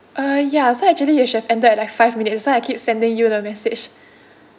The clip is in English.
uh ya so actually you should have ended at like five minutes so I keep sending you the message